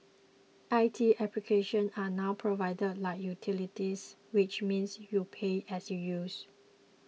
I T applications are now provided like utilities which means you pay as you use